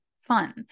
fun